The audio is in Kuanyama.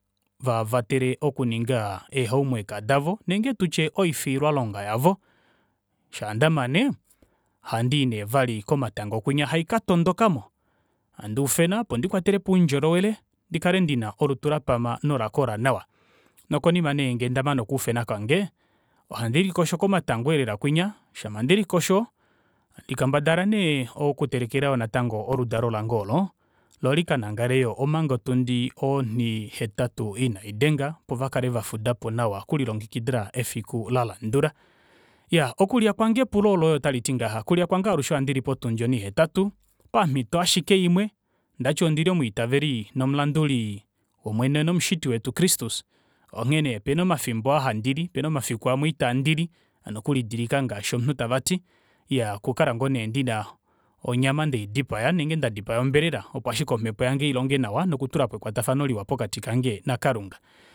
Ndivavatele okuninga ee homework davo nenge tutye oifiilwa longa yavo shaa ndamane ohandii neevali komatango kwinya haikatondokamo handuufena opondi kwatelepo oundjolowele ndikale ndina olutu lapama nolakola nawa nokonima nee ngee ndamane okuufena kwange ohandilikosho komatango eelela kwinya shama ndelikosho handi kendabala nee natango okutelekela oludalo lange oolo loo likanangale omanga otundi oni hetatu inaidenga opo vakale vafudapo nawa okulilongekidila efiku lalandula iyaa okulya kwange epulo loye otaliti ngaha okulya kwange alushe ohandili potundi onihetatu pamito ashike imwe ondati ondili omwiitaveli nomulanduli womwene nomushiti wetu christus onghene opena omafimbo aahandili opena omafiku amwe itandili hano okulidilika ngaashi omunhu tavati iyaa okukala ngoo nee ndina onyama ndeidipaya nenge ndadipaya ombelela opo ashike omepo yange ilonge nawa nokutulapo ekwatafano liwa pokati kange nakalunga